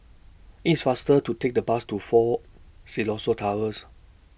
It's faster to Take The Bus to Fort Siloso Tours